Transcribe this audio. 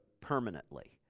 permanently